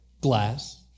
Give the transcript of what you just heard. Glass